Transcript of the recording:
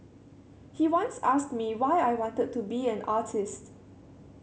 he once asked me why I wanted to be an artist